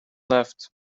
left